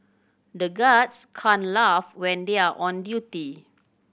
the guards can't laugh when they are on duty